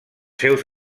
seus